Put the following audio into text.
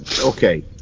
okay